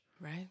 right